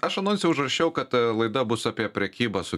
aš anonse užrašiau kad laida bus apie prekybą su